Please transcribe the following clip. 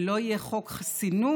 ולא יהיה חוק חסינות.